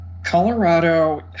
Colorado